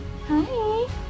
Hi